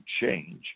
change